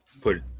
put